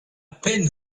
peine